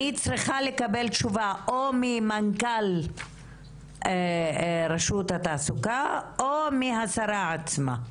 אני צריכה לקבל תשובה או ממנכ"ל רשות התעסוקה או מהשרה עצמה?